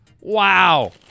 Wow